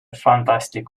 fantastic